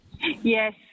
Yes